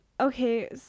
Okay